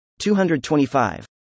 225